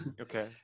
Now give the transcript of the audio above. Okay